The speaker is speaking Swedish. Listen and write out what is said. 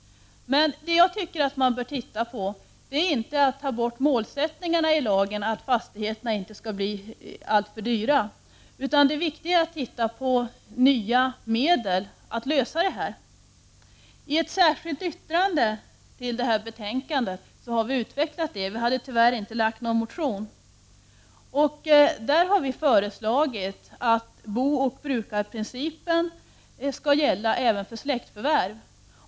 Vad man enligt min mening bör se på är inte att ta bort målsättningen i lagen om att fastigheterna inte skall bli alltför dyra, utan det är att försöka få fram nya medel med vars hjälp problemen kan lösas. Det är viktigt. I ett särskilt yttrande till betänkandet har vi utvecklat detta. Vi har tyvärr inte väckt någon motion i ämnet. Vi föreslår att booch brukarprincipen skall gälla även för släktförvärv.